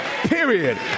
period